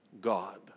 God